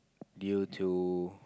due to